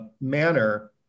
manner